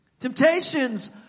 Temptations